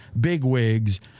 bigwigs